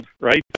right